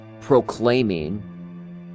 proclaiming